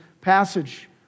passage